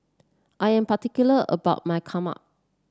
I am particular about my Kheema